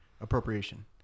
Appropriation